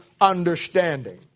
understanding